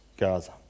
Gaza